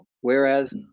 whereas